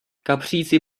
kapříci